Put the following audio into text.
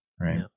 right